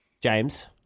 James